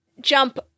jump